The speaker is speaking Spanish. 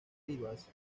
rivas